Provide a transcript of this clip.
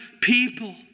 people